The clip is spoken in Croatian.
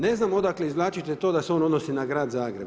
Ne znam odakle izvlačite to da se on odnosi na grad Zagreb.